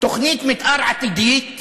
תוכנית מתאר עתידית,